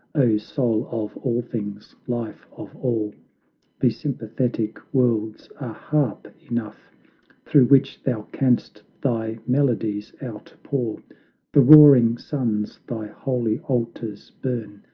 o soul of all things, life of all the sympathetic worlds are harp enough through which thou canst thy melodies outpour the roaring suns thy holy altars burn,